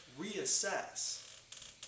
reassess